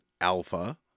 Alpha